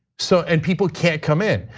so and people can't come in.